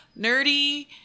nerdy